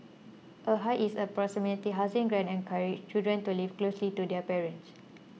a hike is in proximity housing grant encourages children to live closely to their parents